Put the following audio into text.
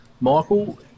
Michael